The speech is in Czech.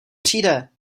přijde